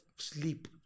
Sleep